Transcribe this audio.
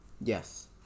Yes